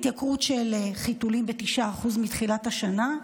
התייקרות של חיתולים ב-9% מתחילת השנה,